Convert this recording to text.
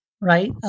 right